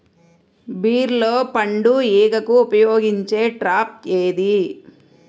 బీరలో పండు ఈగకు ఉపయోగించే ట్రాప్ ఏది?